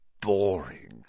boring